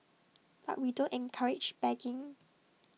but we don't encourage begging